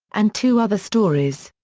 and two other stories.